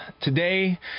today